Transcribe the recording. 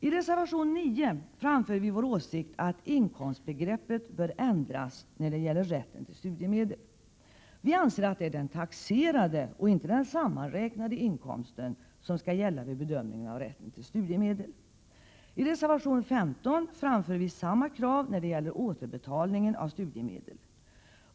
I reservation 9 framför vi vår åsikt att inkomstbegreppet bör ändras när det gäller rätten till studiemedel. Vi anser att det är den taxerade och inte den sammanräknade inkomsten som skall gälla vid bedömningen av rätten till studiemedel. I reservation 15 framför vi samma krav när det gäller återbetalningen av studiemedel.